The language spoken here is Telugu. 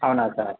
అవునా సార్